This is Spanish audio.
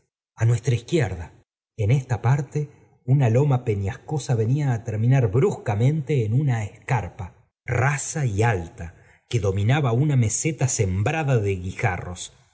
á nuestra izquierda en esta parte una loma peñasco ea venia á terminar bruscamente en una escarpa m rasa y alta que dominaba una meseta sembrada de guijarros